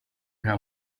nta